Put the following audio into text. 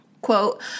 quote